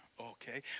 Okay